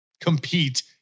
compete